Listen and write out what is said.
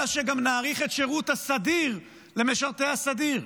אלא שגם נאריך את שירות הסדיר למשרתי הסדיר,